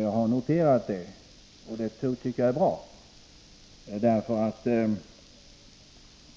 Jag har noterat det, och det tycker jag är värdefullt.